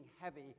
heavy